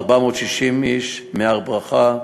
460 איש מהר-ברכה,